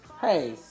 hey